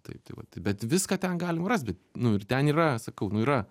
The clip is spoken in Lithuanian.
taip tai vat bet viską ten galima rast bet nu ir ten yra sakau nu yra